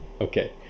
Okay